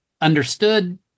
understood